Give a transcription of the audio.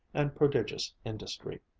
and prodigious industry.